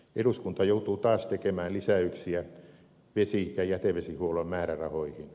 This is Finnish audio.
eduskunta joutuu taas tekemään lisäyksiä vesi ja jätevesihuollon määrärahoihin